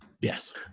Yes